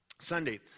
Sunday